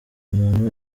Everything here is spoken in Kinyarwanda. umuntu